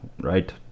right